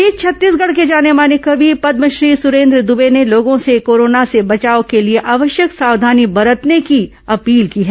इस बीच छत्तीसगढ़ के जाने माने कवि पदमश्री सुरेन्द्र दुबे ने लोगों से कोरोना से बचाव के लिए आवश्यक सावधानी बरतने की अपील की है